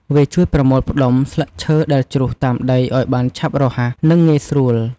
វាជួយប្រមូលផ្តុំស្លឹកឈើដែលជ្រុះតាមដីឱ្យបានឆាប់រហ័ស និងងាយស្រួល។